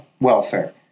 welfare